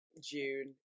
June